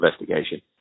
investigation